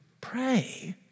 pray